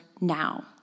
now